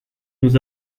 nous